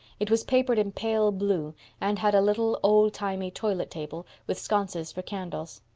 it was papered in pale blue and had a little, old-timey toilet table with sconces for candles.